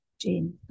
Jane